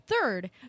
third